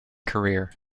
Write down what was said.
career